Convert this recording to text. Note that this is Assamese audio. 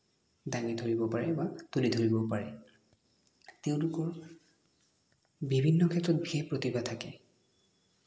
দাঙি ধৰিব পাৰে বা তুলি ধৰিব পাৰে তেওঁলোকৰ বিভিন্ন ক্ষেত্ৰত বিশেষ প্ৰতিভা থাকে